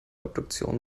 obduktion